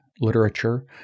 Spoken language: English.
literature